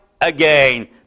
again